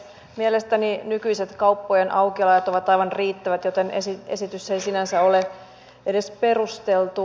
mielestäni nykyiset kauppojen aukioloajat ovat aivan riittävät joten esitys ei sinänsä ole edes perusteltu